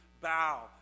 bow